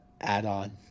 add-on